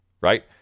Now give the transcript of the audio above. Right